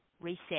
reset